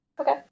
Okay